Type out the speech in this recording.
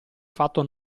fatto